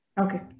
Okay